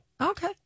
okay